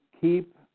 keep